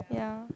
ya